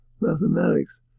mathematics